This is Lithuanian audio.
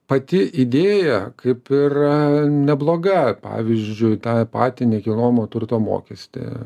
pati idėja kaip ir nebloga pavyzdžiui tą patį nekilnojamo turto mokestį